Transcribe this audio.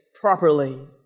properly